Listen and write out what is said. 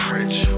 Rich